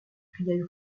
cria